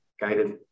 guided